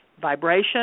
vibration